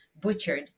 butchered